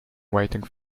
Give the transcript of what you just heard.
waiting